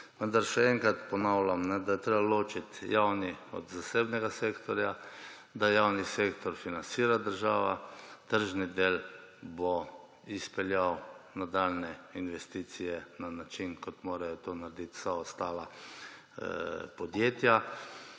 še enkrat ponavljam, da je treba ločiti javni od zasebnega sektorja, da javni sektor financira država, tržni del bo izpeljal nadaljnje investicije na način, kot morajo to narediti vsa ostala podjetja.